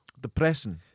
Depressing